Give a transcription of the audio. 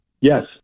Yes